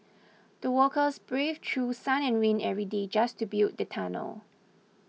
the workers braved through sun and rain every day just to build the tunnel